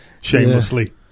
Shamelessly